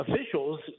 officials